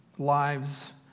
Lives